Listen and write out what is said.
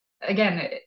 again